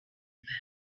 better